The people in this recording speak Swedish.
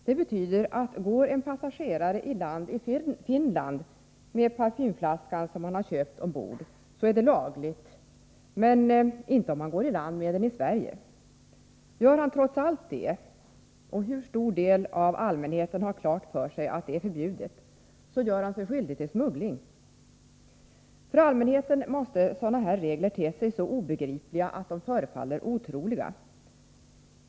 Det betyder att om en passagerare går i land i Finland med parfymflaskan han köpt ombord är det lagligt, men inte om han går i land med den i Sverige. Gör han trots allt det — och hur stor del av allmänheten har klart för sig att detta är förbjudet? — så gör han sig skyldig till smuggling. För allmänheten måste sådana här regler te sig så obegripliga att de förefaller otroliga.